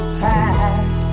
time